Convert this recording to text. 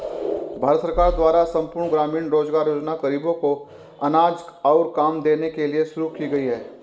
भारत सरकार द्वारा संपूर्ण ग्रामीण रोजगार योजना ग़रीबों को अनाज और काम देने के लिए शुरू की गई है